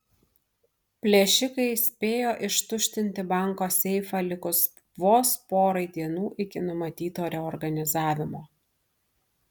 plėšikai spėjo ištuštinti banko seifą likus vos porai dienų iki numatyto reorganizavimo